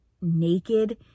naked